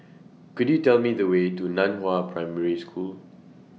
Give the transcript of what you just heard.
Could YOU Tell Me The Way to NAN Hua Primary School